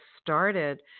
started